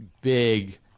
big